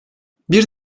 bir